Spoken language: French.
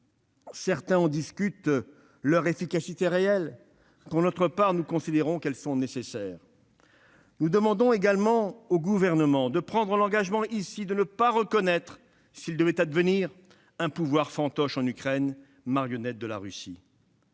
Certains en discutent l'efficacité réelle ; pour notre part, nous considérons qu'elles sont nécessaires. Nous demandons également au Gouvernement de prendre l'engagement ici de ne pas reconnaître, s'il devait advenir, un pouvoir fantoche en Ukraine, marionnette de la Russie.